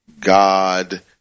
God